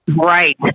Right